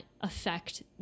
affect